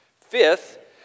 Fifth